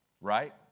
right